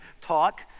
talk